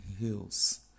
hills